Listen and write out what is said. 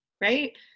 right